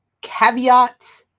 caveat